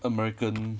american